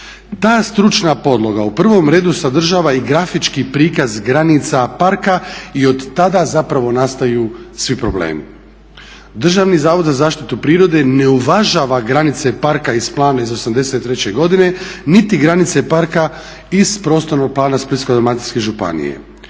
Ta stručna podloga u prvom redu sadržava i grafički prikaz granica parka i od tada zapravo nastaju svi problemi. Državni zavod za zaštitu prirode ne uvažava granice parka iz plana iz '83. godine niti granice parka iz prostornog plana Splitsko-dalmatinske županije.